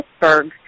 Pittsburgh